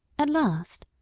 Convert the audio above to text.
at last,